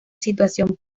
situación